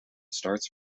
starts